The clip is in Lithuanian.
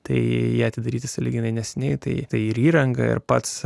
tai atidaryti sąlyginai neseniai tai ir įranga ir pats